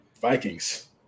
Vikings